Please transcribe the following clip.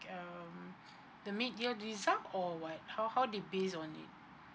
mm the mid year result or what how how they based on it